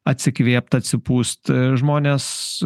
atsikvėpt atsipūst žmonės